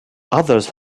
others